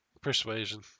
Persuasion